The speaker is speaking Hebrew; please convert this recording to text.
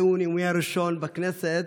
זהו נאומי הראשון בכנסת,